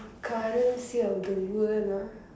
currency of the world ah